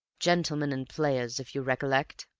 gentlemen and players, if you recollect?